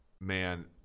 man